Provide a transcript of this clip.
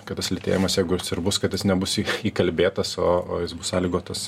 kad tas lėtėjimas jeigu jis ir bus kad jis nebus įkalbėtas o o jis bus sąlygotas